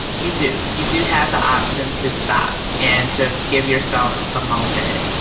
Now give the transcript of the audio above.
you do you do have the option to stop. and just give yourself a moment,